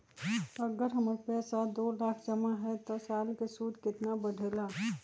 अगर हमर पैसा दो लाख जमा है त साल के सूद केतना बढेला?